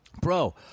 Bro